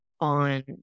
on